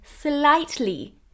slightly